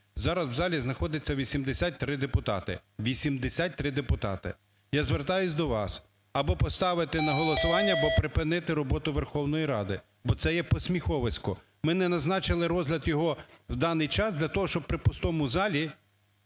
Зараз в залі знаходиться 83 депутати. 83 депутати. Я звертаюсь до вас. Або поставите на голосування, або припинити роботу Верховної Ради, бо це є посміховисько. Ми не назначили розгляд його у даний час для того, щоб при пустому залі